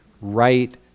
right